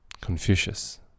confucius